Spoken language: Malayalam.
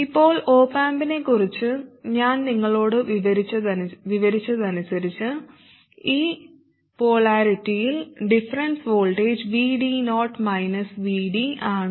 ഇപ്പോൾ ഒപ് ആമ്പിനെക്കുറിച്ച് ഞാൻ നിങ്ങളോട് വിവരിച്ചതനുസരിച്ച് ഈ പൊളാരിറ്റിയിൽ ഡിഫറൻസ് വോൾട്ടേജ് VD0 VD ആണ്